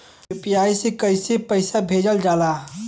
UPI से कइसे पैसा भेजल जाला?